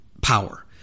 power